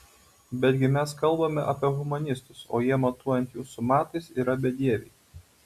betgi mes kalbame apie humanistus o jie matuojant jūsų matais yra bedieviai